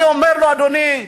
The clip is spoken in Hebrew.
אני אומר לו: אדוני,